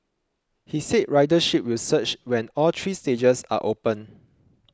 he said ridership will surge when all three stages are open